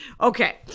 Okay